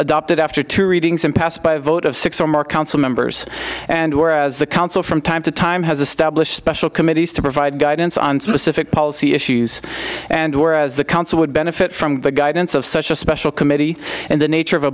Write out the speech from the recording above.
adopted after two readings and passed by a vote of six or more council members and whereas the council from time to time has established special committees to provide guidance on specific policy issues and whereas the council would benefit from the guidance of such a special committee and the nature of a